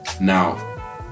Now